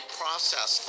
process